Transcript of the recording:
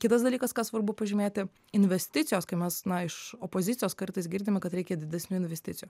kitas dalykas kas svarbu pažymėti investicijos kai mes na iš opozicijos kartais girdime kad reikia didesnių investicijų